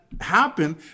happen